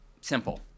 Simple